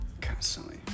Constantly